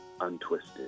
untwisted